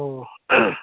ꯑꯧ